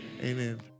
Amen